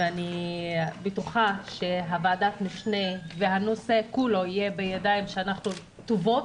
ואני בטוחה שוועדת משנה והנושא כולו יהיה בידיים טובות,